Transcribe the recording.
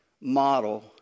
model